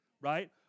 right